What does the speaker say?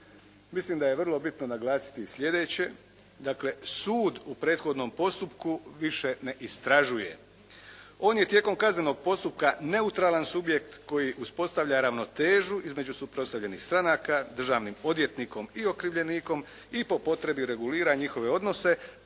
Mislim da je vrlo bitno naglasiti i sljedeće, dakle sud u prethodnom postupku više ne istražuje. On je tijekom kaznenog postupka neutralan subjekt koji uspostavlja ravnotežu između suprotstavljenih stranaka, državnim odvjetnikom i okrivljenikom i po potrebi regulira njihove odnose